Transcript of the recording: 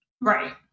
Right